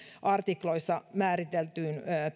artikloissa määriteltyyn